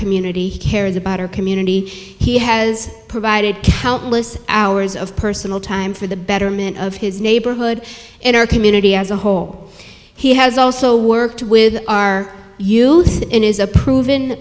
community cares about our community he has provided countless hours of personal time for the betterment of his neighborhood and our community as a whole he has also worked with our youth and is a proven